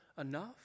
enough